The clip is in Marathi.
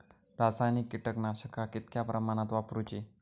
रासायनिक कीटकनाशका कितक्या प्रमाणात वापरूची?